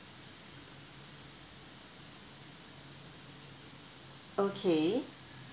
okay